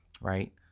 right